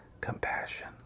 Compassion